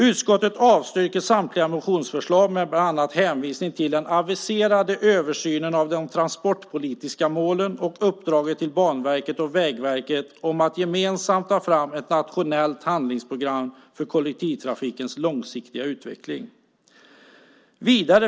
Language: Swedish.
Utskottet avstyrker samtliga motionsförslag bland annat med hänvisning till den aviserade översynen av de transportpolitiska målen och uppdraget till Banverket och Vägverket om att gemensamt ta fram ett nationellt handlingsprogram för kollektivtrafikens långsiktiga utveckling.